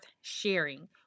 sharing